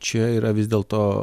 čia yra vis dėlto